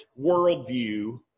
worldview